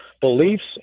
beliefs